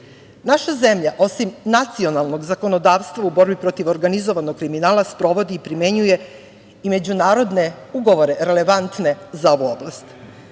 Naša zemlja, osim nacionalnog zakonodavstva u borbi protiv organizovanog kriminala, sprovodi i primenjuje i međunarodne ugovore relevantne za ovu oblast. Ključni